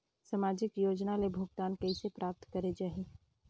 समाजिक योजना ले भुगतान कइसे प्राप्त करे जाहि?